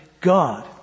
God